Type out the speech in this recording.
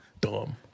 dumb